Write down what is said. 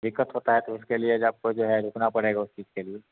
दिक्कत होता है तो उसके लिए जो आपको जो है रुकना पड़ेगा उस चीज़ के लिए